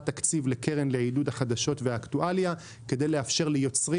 תקציב לעידוד החדשות והאקטואליה כדי לאפשר ליוצרים